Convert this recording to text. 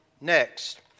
Next